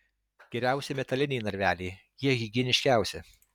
geriausi metaliniai narveliai jie higieniškiausi